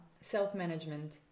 self-management